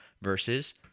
versus